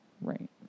Right